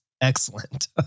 excellent